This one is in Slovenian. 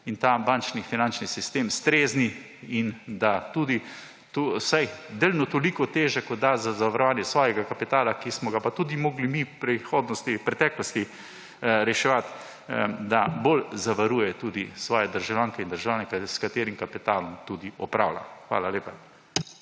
in ta bančni, finančni sistem strezni in da tudi tukaj vsaj delno toliko teže, kot da za zavarovanje svojega kapitala, ki smo ga pa tudi mi morali v preteklosti reševati, da bolj zavaruje tudi svoje državljanke in državljane, s katerim kapitalom tudi upravlja. Hvala lepa.